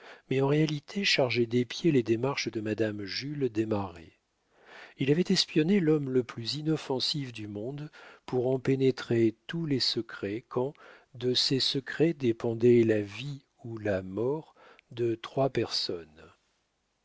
mais en réalité chargée d'épier les démarches de madame jules desmarets il avait espionné l'homme le plus inoffensif du monde pour en pénétrer tous les secrets quand de ces secrets dépendait la vie ou la mort de trois personnes